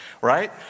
right